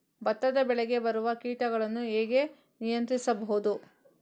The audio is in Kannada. ಭತ್ತದ ಬೆಳೆಗೆ ಬರುವ ಕೀಟಗಳನ್ನು ಹೇಗೆ ನಿಯಂತ್ರಿಸಬಹುದು?